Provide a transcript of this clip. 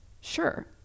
Sure